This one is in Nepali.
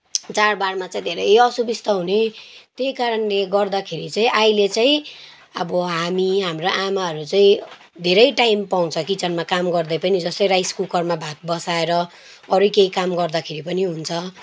चाडबाडमा चाहिँ धेरै असुविस्ता हुने त्यही करणले गर्दाखेरि चाहिँ अहिले चाहिँ अब हामी हाम्रो आमाहरू चाहिँ धेरै टाइम पाउँछ किचनमा काम गर्दै पनि जस्तै राइस कुकरमा भात बसाएर अरू केही काम गर्दाखेरि पनि हुन्छ